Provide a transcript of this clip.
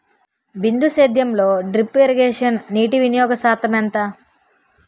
బిందు సేద్యంలో drip irrigation నీటివినియోగ శాతం ఎంత?